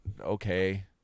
okay